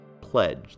pledge